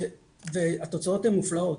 התוצאות הן מופלאות.